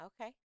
Okay